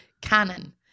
canon